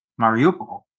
Mariupol